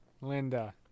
Linda